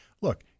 Look